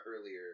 earlier